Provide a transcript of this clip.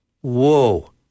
whoa